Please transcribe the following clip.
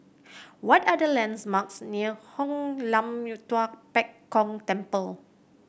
what are the landmarks near Hoon Lam Tua Pek Kong Temple